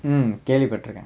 mm